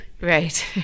Right